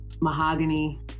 Mahogany